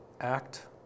act